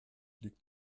liegt